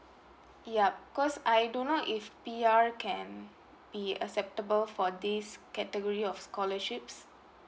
yup 'cos I don't know if P_R can be acceptable for this category of scholarships